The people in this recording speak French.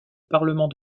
parlement